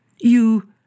You